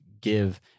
give